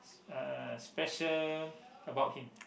uh special about him